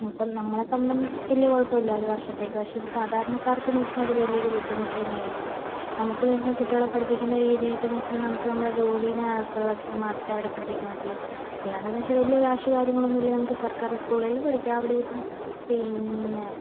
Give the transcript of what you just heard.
ഇപ്പോൾ നമ്മളെ സംബന്ധിച്ച് വല്യ കുഴപ്പമില്ല ഒരു വർഷത്തേക്ക് പക്ഷെ സാധാരണക്കാർക്ക് എന്ന് വെച്ചിട്ടുണ്ടെങ്കിൽ അത് വലിയൊരു ബുദ്ധിമുട്ട് തന്നെയായിരിക്കും നമുക്ക് എന്ന് വെച്ചിട്ടുണ്ടെങ്കിൽ കുട്ടികളെ പഠിപ്പിക്കേണ്ട രീതി എന്നൊക്കെ വെച്ചിട്ടുണ്ടേൽ നമുക്ക് നമ്മുടെ ജോലിനേ ആസ്പദമാക്കിട്ട് മാത്രമേ അവരെ പഠിപ്പിക്കാൻ പാറ്റുളളൂ അല്ലാണ്ട് എന്ന് വെച്ചാൽ വലിയ ക്യാഷ് കാര്യങ്ങൾ ഒന്നും ഇല്ലെങ്കിൽ സർക്കാർ സ്കൂളിൽ പഠിക്കാം അവിടെയും പിന്നെ